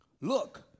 look